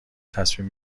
تصمیم